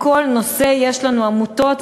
לכל נושא יש לנו עמותות,